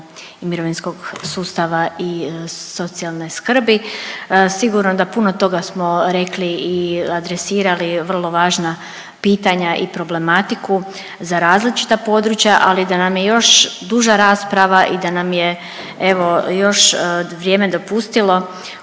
i mirovinskog sustava i socijalne skrbi. Sigurno da puno toga smo rekli i adresirali vrlo važna pitanja i problematiku za različita područja, ali da nam je još duža rasprava i da nam je evo još vrijeme dopustilo u